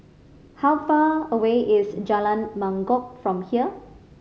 how far away is Jalan Mangkok from here